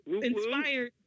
inspired